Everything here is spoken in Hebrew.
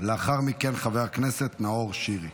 לאחר מכן, חבר הכנסת נאור שירי.